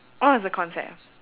orh it's a concept